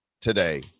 today